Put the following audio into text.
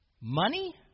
Money